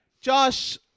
Josh